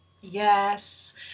yes